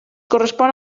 correspon